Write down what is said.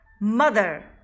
Mother